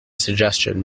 suggestion